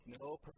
no